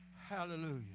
Hallelujah